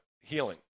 healing